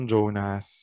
Jonas